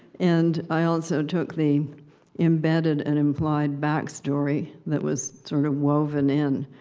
and i also took the embedded and implied backstory that was sort of woven in,